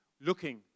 looking